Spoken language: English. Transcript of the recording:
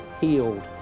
healed